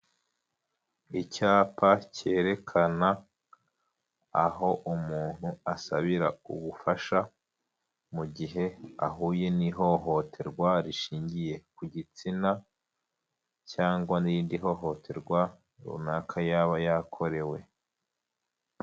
Icyapa cyerekana aho umuntu asabira ubufasha mu gihe ahuye n'ihohoterwa rishingiye ku gitsina, cyangwa n'irindi hohoterwa runaka yaba yakorewe.